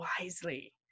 wisely